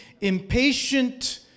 impatient